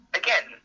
again